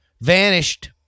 Vanished